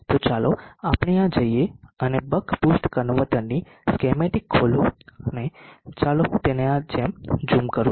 તો ચાલો આપણે આ જઈએ અને બક બૂસ્ટ કન્વર્ટરની સ્કેમેટીક ખોલો અને ચાલો હું તેને આ જેમ ઝૂમ કરું છું